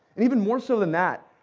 and even more so than that,